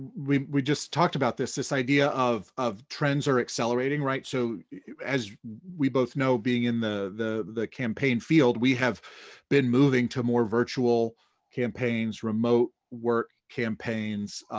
we we just talked about this, this idea of of trends are accelerating. so as we both know being in the the campaign field, we have been moving to more virtual campaigns, remote work campaigns,